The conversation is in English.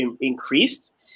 increased